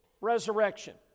resurrection